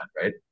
right